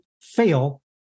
fail